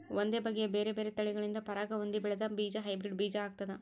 ಒಂದೇ ಬಗೆಯ ಬೇರೆ ಬೇರೆ ತಳಿಗಳಿಂದ ಪರಾಗ ಹೊಂದಿ ಬೆಳೆದ ಬೀಜ ಹೈಬ್ರಿಡ್ ಬೀಜ ಆಗ್ತಾದ